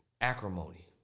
Acrimony